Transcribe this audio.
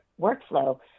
workflow